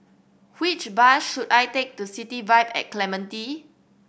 which bus should I take to City Vibe at Clementi